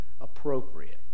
appropriate